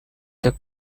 the